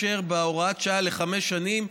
בהוראת שעה לחמש שנים,